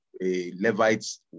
Levite's